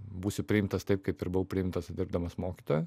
būsiu priimtas taip kaip ir buvau priimtas dirbdamas mokytoju